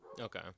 Okay